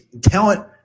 Talent